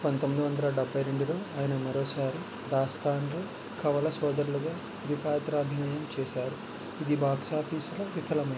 పంతొమ్మిది వందల డెబ్బై రెండులో ఆయన మరోసారి దాస్తాన్లో కవల సోదరులుగా ద్విపాత్రాభినయం చేశారు ఇది బాక్స్ ఆఫీసులో విఫలమైంది